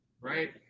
right